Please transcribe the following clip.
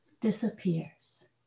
disappears